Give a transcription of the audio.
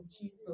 Jesus